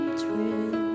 true